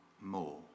more